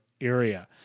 area